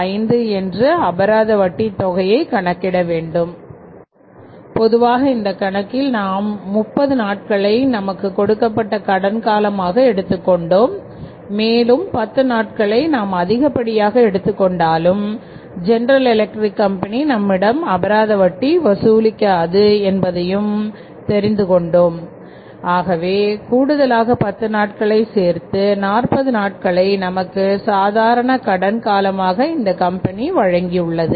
015 என்று அபராத வட்டி தொகையைக் கணக்கிட வேண்டும் பொதுவாக இந்த கணக்கில் நாம் 30 நாட்களை நமக்கு கொடுக்கப்பட்ட கடன் காலமாக எடுத்துக்கொண்டோம் மேலும் பத்து நாட்களை நாம் அதிகப்படியாக எடுத்துக் கொண்டாலும் ஜெனரல் எலக்டிரிக் கம்பெனி நம்மிடம் அபராத வட்டி வசூலிக்கிறது என்பதையும் தெரிந்து கொண்டோம் ஆகவே கூடுதலாக 10 நாட்களை சேர்த்து நாற்பது நாட்களை நமக்கு சாதாரண கடன் காலமாக இந்த கம்பெனி வழங்கியுள்ளது